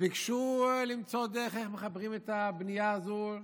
וביקשו למצוא דרך איך מחברים את הבנייה הזו לחשמל,